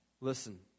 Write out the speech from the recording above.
Listen